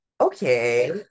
Okay